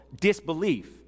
disbelief